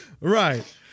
right